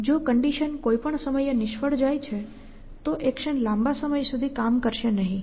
જો કંડિશન કોઈપણ સમયે નિષ્ફળ જાય છે તો એક્શન લાંબા સમય સુધી કામ કરશે નહીં